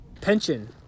pension